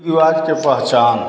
रिवाज़ की पहचान